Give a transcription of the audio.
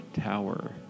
Tower